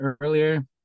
earlier